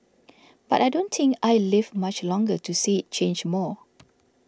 but I don't think I'll live much longer to see it change more